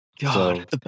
god